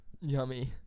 yummy